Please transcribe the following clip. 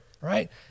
right